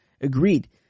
agreed